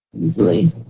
easily